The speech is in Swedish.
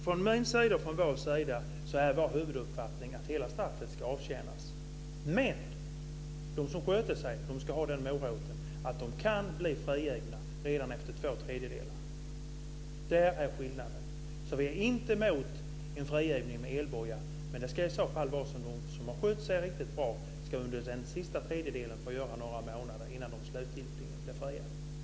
Från min och vår sida är vår huvuduppfattning att hela straffet ska avtjänas, Kia Andreasson. Men de som sköter sig ska ha den moroten att de kan bli frigivna redan efter två tredjedelar. Det är skillnaden. Vi är inte emot en frigivning med elboja. Men i så fall ska de som har skött sig riktigt bra under den sista tredjedelen få göra några månader med elboja innan de slutgiltligen blir fria. Det är skillnaden.